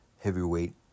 Heavyweight